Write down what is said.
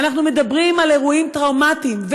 אנחנו מדברים על אירועים טראומטיים,